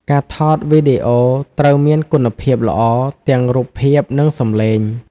ការថតវីដេអូត្រូវមានគុណភាពល្អទាំងរូបភាពនិងសម្លេង។